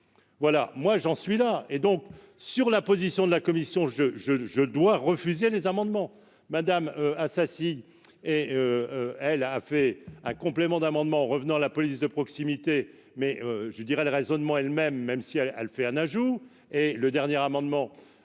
voilà moi j'en suis là et donc sur la position de la commission, je, je, je dois refuser les amendements madame Assassi et elle a fait un complément d'amendement revenant la police de proximité, mais je dirais le raisonnement est le même, même si elle a, elle, fait un ajout et le dernier amendement,